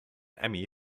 emmy